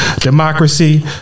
democracy